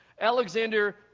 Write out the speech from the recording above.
Alexander